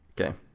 okay